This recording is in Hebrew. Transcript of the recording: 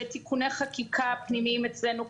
ותיקוני חקיקה פנימיים אצלנו,